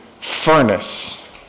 furnace